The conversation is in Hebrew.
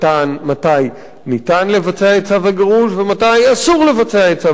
ניתן לבצע את צו הגירוש ומתי אסור לבצע את צו הגירוש,